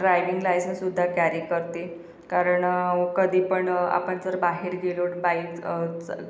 driving लायसेन्ससुद्धा carry करते कारण कधी पण आपण जर बाहेर गेलो बाईक चं